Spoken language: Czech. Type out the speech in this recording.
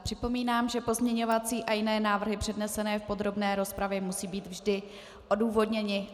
Připomínám, že pozměňovací a jiné návrhy přednesené v podrobné rozpravě musí být vždy odůvodněny.